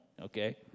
Okay